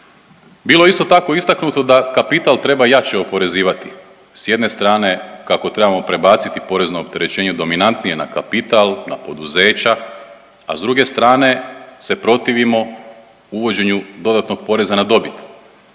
Bilo je isto tako istaknuto da kapital treba jače oporezivati, s jedne strane kako trebamo prebaciti porezno opterećenje dominantnije na kapital, na poduzeća, a s druge strane se protivimo uvođenju dodatnog poreza na dobit,